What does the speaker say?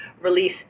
release